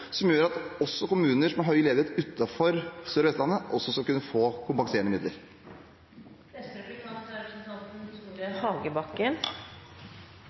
som gjør at også kommuner utenfor Sør- og Vestlandet som har høy ledighet, skal kunne få kompenserende midler. Representanten Slagsvold Vedum og undertegnede er